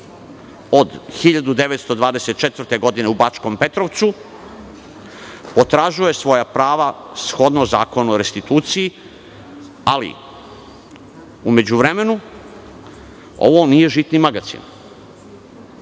od 1924. godine u Bačkom Petrovcu, potražuje svoja prava shodno Zakonu o restituciji. Ali, u međuvremenu ovo nije žitni magacin,